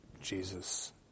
Jesus